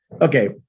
okay